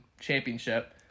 championship